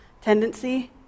tendency